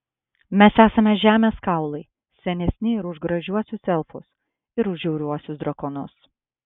mes esame žemės kaulai senesni ir už gražiuosius elfus ir už žiauriuosius drakonus